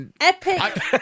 epic